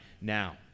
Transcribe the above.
now